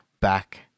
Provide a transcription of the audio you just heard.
back